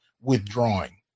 withdrawing